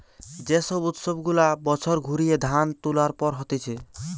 যে সব উৎসব গুলা বছর ঘুরিয়ে ধান তুলার পর হতিছে